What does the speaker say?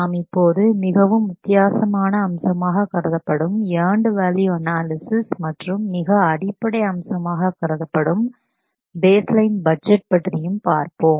நாம் இப்போது மிகவும் வித்தியாசமான அம்சமாக கருதப்படும் ஏண்டு வேல்யூ அனாலிசிஸ் மற்றும் மிக அடிப்படை அம்சமாக கருதப்படும் பேஸ் லைன் பட்ஜெட் பற்றியும் பார்ப்போம்